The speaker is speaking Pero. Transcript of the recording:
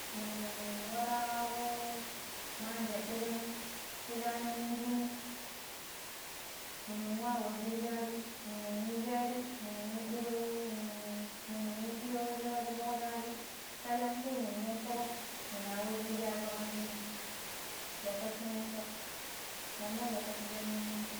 munun wara ƙaƙu ma an jediremu sha shana nin junu munu wạ wa shiƙ shaɓi munun yu sheri munu yidiro mun-munu yidiyo ti foƙ shaɓi ƙaelenƙu mun necchọ muna wa shiƙ shabbi ƙan shinu lokaci necchọ mommọ lokaci shenna minji